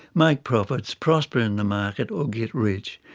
make profits, prosper in the market or get rich.